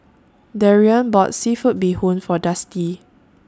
Darrien bought Seafood Bee Boon For Dusty